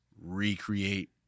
recreate